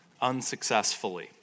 unsuccessfully